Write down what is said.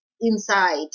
inside